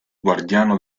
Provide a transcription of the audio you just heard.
guardiano